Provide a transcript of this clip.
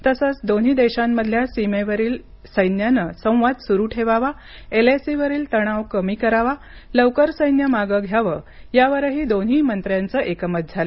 तसंच दोन्ही देशांमधल्या सीमेवरील सैन्यानं संवाद सुरू ठेवावा एलएसीवरील तणाव कमी करावा लवकर सैन्य मागं घ्यावं यावरही दोन्ही मंत्र्यांचं एकमत झालं